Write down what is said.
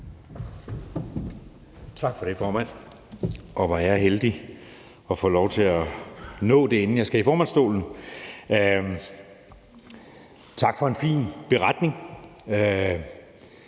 Tak for det, formand. Hvor er jeg heldig at få lov til at nå det, inden jeg skal i formandsstolen. Tak for en fin beretning.